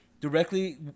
directly